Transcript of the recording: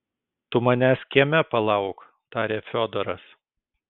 tu manęs kieme palauk tarė fiodoras